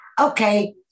okay